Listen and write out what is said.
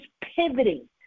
pivoting